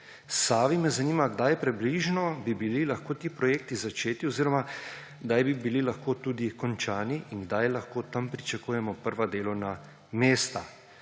Savi me zanima, kdaj približno bi lahko bili ti projekti začeti oziroma kdaj bi lahko bili tudi končani in kdaj lahko tam pričakujemo prva delovna mesta.«